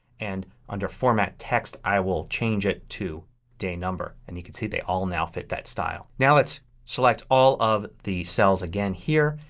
and under format, text i will change it to day number. and you can see they all now fit that style. now let's select all of the cells again here.